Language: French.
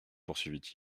poursuivit